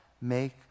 make